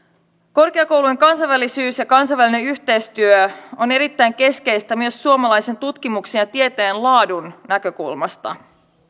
korkeakoulujen kansainvälisyys ja kansainvälinen yhteistyö on erittäin keskeistä myös suomalaisen tutkimuksen ja tieteen laadun näkökulmasta